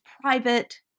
private